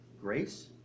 grace